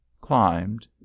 climbed